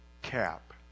cap